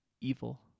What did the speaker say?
evil